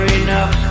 enough